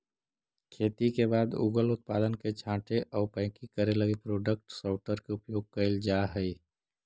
खेती के बाद उगल उत्पाद के छाँटे आउ पैकिंग करे लगी प्रोडक्ट सॉर्टर के उपयोग कैल जा हई